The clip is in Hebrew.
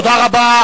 תודה רבה.